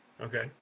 Okay